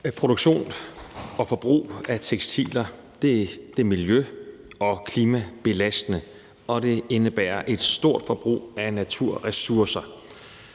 Produktion og forbrug af tekstiler er miljø- og klimabelastende, og det indebærer et stort forbrug af naturressourcer.